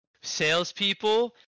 Salespeople